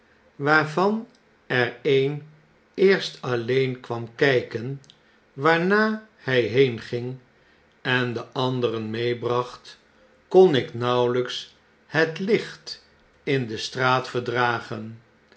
waarvan er een eerst alleen kvvam kyken waarna hy heenging en den anderen meebracht kon ik nauwelyks het licht in de straat verdragen